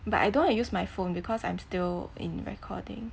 but I don't want to use my phone because I'm still in recording